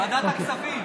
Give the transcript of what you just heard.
ועדת הכספים.